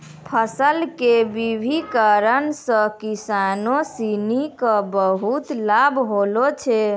फसल के विविधिकरण सॅ किसानों सिनि क बहुत लाभ होलो छै